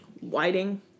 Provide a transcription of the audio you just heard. whiting